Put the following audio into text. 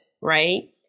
right